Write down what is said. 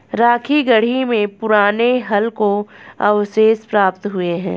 राखीगढ़ी में पुराने हल के अवशेष प्राप्त हुए हैं